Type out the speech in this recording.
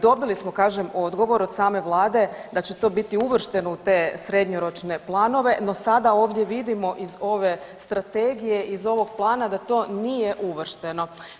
Dobili smo kažem odgovor od same vlade da će to biti uvršteno u te srednjoročne planove, no sada ovdje vidimo iz ove strategije, iz ovog plana da to nije uvršteno.